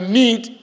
need